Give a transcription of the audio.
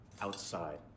outside